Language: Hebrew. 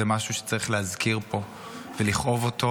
זה משהו שצריך להזכיר פה ולכאוב אותו,